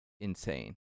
insane